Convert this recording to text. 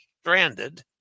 stranded